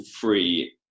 free